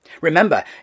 Remember